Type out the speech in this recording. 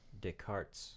descartes